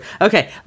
okay